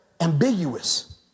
ambiguous